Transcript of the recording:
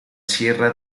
sierra